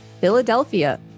Philadelphia